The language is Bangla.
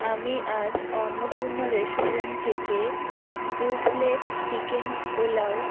আমি আজ অন্নপূর্ণা রেস্টুরেন্ট থেকে দু প্লেট চিকেন পোলাও